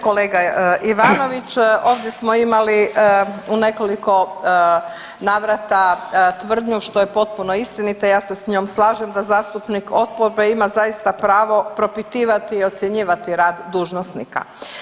Kolega Ivanović, ovdje smo imali u nekoliko navrata tvrdnju što je potpuno istinita, ja se s njom slažem da zastupnik oporbe ima zaista pravo propitivati i ocjenjivati rad dužnosnika.